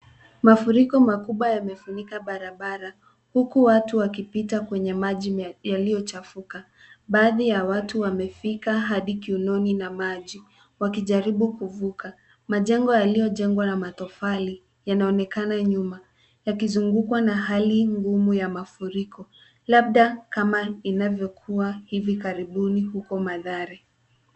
Mafuriko makubwa yamefunika barabara huku watu wakipita kwenye maji yaliyochafuka. Baadhi ya watu wamefika hadi kiunoni na maji wakijaribu kuvuka. Majengo yaliyojengwa na matofali yanaonekana nyuma yakizungukwa na hali ngumu ya mafuriko, labda kama inavyokuwa hivi karibuni huko Mathare.